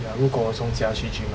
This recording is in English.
ya 如果我从家去 gym ah